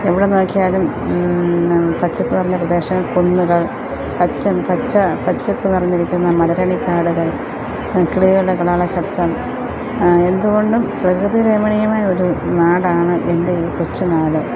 എവടെ നോക്കിയാലും പച്ചപ്പ് നിറഞ്ഞ പ്രദേശം കുന്നുകൾ പച്ച പച്ച പച്ചപ്പ് നിറഞ്ഞ് ഇരിക്കുന്ന മലരണിക്കാടുകൾ കിളികളുടെ കള കള ശബ്ദം എന്ത് കൊണ്ടും പ്രകൃതിരമണീയമായ ഒരു നാടാണ് എൻ്റെ ഈ കൊച്ചുനാട്